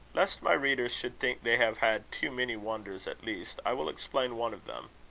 lest my readers should think they have had too many wonders at least, i will explain one of them.